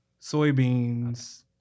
Soybeans